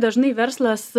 dažnai verslas